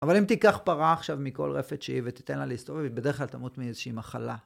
אבל אם תיקח פרה עכשיו מכל רפת שהיא, ותיתן לה להסתובב, היא בדרך כלל תמות מאיזושהי מחלה.